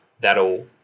that'll